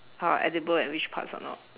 are edible and which parts are not